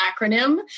acronym